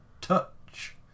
touch